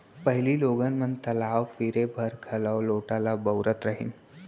पहिली लोगन मन तलाव फिरे बर घलौ लोटा ल बउरत रहिन